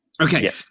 Okay